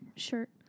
Shirt